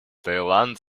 таиланд